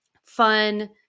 fun